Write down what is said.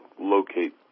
locate